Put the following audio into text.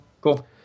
cool